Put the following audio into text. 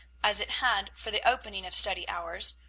as it had for the opening of study hours,